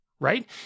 right